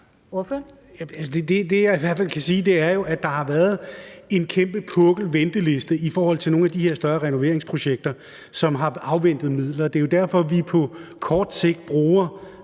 Det, jeg i hvert fald kan sige, er jo, at der har været en kæmpe pukkel på ventelisten i forhold til nogle af de her større renoveringsprojekter, som har afventet midler. Det er derfor, at vi på kort sigt bruger